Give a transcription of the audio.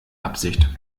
absicht